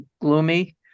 gloomy